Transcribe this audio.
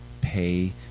pay